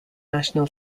national